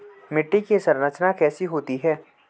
मिट्टी की संरचना कैसे होती है?